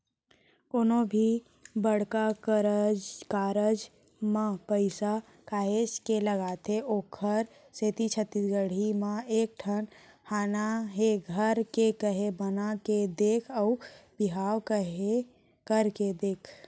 कोनो भी बड़का कारज म पइसा काहेच के लगथे ओखरे सेती छत्तीसगढ़ी म एक ठन हाना हे घर केहे बना के देख अउ बिहाव केहे करके देख